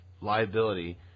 liability